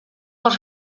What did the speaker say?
els